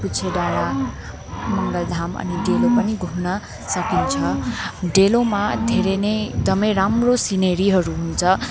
पुजे डाँडा मङ्गलधाम अनि डेलो पनि घुम्न सकिन्छ डेलोमा धेरै नै एकदमै राम्रो सिनेरीहरू हुन्छ